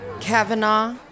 Kavanaugh